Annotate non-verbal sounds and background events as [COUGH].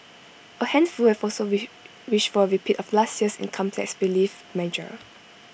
A handful have also [UNINTELLIGIBLE] wished for A repeat of last year's income tax relief measure